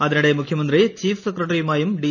അതിനിടെ മുഖ്യമന്ത്രി ചീഫ് സെക്രട്ടറിയും ഡി